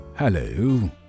Hello